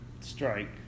strike